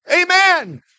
Amen